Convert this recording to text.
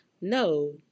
No